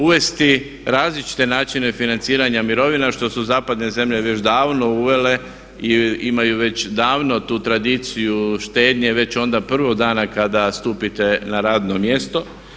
Uvesti različite načine financiranja mirovina što su zapadne zemlje već davno uvele i imaju već davno tu tradiciju štednje već onda prvog dana kada stupite na radno mjesto.